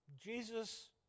Jesus